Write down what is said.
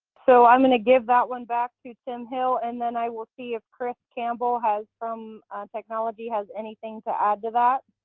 so i'm going to give that one back to tim hill and then i will see if chris campbell has. from technology has anything to add to that.